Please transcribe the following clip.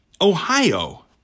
Ohio